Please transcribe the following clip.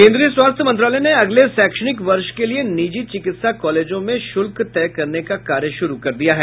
केन्द्रीय स्वास्थ्य मंत्रालय ने अगले शैक्षणिक वर्ष के लिए निजी चिकित्सा कॉलेजों में शुल्क तय करने का कार्य शुरु कर दिया है